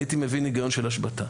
הייתי מבין היגיון של השבתה.